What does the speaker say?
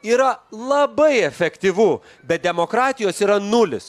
yra labai efektyvu bet demokratijos yra nulis